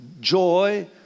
Joy